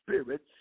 spirits